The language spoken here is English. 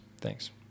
Thanks